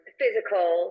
physical